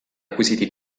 acquisiti